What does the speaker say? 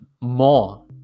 more